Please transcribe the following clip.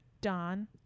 Don